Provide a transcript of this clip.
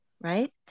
right